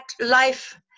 life